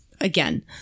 again